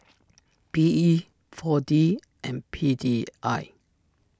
P E four D and P D I